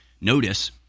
Notice